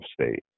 state